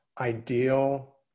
ideal